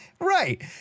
right